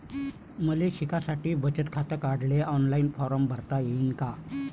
मले शिकासाठी बचत खात काढाले ऑनलाईन फारम भरता येईन का?